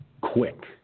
Quick